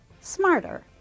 smarter